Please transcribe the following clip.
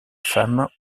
femme